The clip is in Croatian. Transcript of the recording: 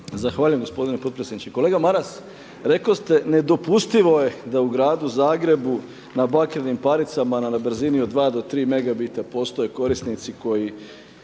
Zahvaljujem gospodine potpredsjedniče. Kolega Maras rekli ste nedopustivo je da u Gradu Zagrebu na bakrenim paricama na brzini od 2 do 3 Mb postoje korisnici koji